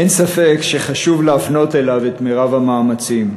אין ספק שחשוב להפנות אליו את מרב המאמצים.